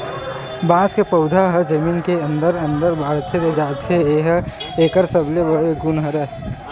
बांस के पउधा ह जमीन के अंदरे अंदर बाड़हत जाथे ए ह एकर सबले बड़का गुन हरय